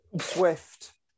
Swift